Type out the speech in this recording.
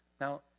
Now